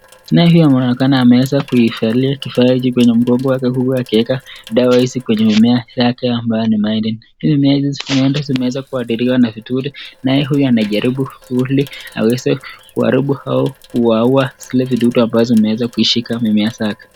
Naye huyu anaonekana ameweza kuivalia kifaa hiki kwenye mgongo wake huku akiweka dawa. Hizi kwa mimea yake ambayo ni mahindi mimea hizi huenda zimeweza zimeadhiriwa na vidudu. Naye huyu anajaribu aweze kuharibu au kuwaua zile vidudu ambazo zimeweza kuishi kwenye mimea zake.